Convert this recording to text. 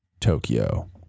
Tokyo